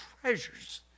treasures